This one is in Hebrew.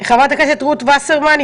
חברת הכנסת רות וסרמן,